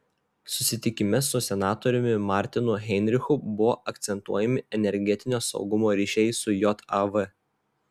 susitikime su senatoriumi martinu heinrichu buvo akcentuojami energetinio saugumo ryšiai su jav